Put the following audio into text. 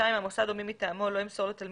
המוסד או מי מטעמו לא ימסור לתלמיד,